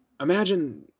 imagine